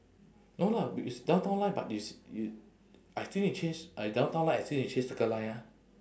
no lah it's downtown line but it's i~ I think need change I downtown line I still need change circle line ah